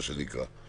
מה שנקרא.